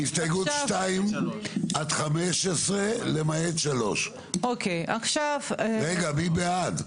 הסתייגות 2 עד 15 למעט 3. מי בעד?